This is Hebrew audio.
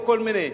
או כל מיני.